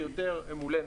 ויותר מולנו,